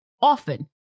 often